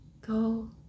go